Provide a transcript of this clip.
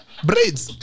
Braids